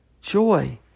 Joy